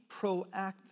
proactive